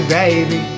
baby